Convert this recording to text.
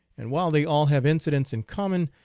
and while they all have incidents in common,